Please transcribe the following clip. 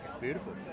Beautiful